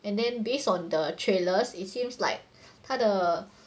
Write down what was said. and then based on the trailers it seems like 他的